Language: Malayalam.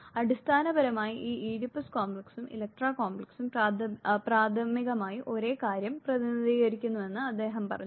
അടിസ്ഥാനപരമായി ഈ ഈഡിപ്പസ് കോംപ്ലക്സും ഇലക്ട്ര കോംപ്ലക്സും പ്രാഥമികമായി ഒരേ കാര്യം പ്രതിനിധീകരിക്കുന്നുവെന്ന് അദ്ദേഹം പറഞ്ഞു